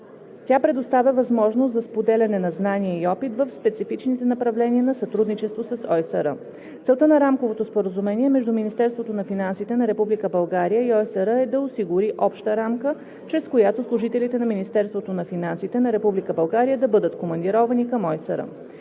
Тя предоставя възможност за споделяне на знания и опит в специфичните направления на сътрудничество с ОИСР. Целта на Рамковото споразумение между Министерството на финансите на Република България и ОИСР е да осигури обща рамка, чрез която служителите на Министерството на финансите на Република България да бъдат командировани към ОИСР.